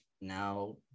now